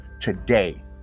today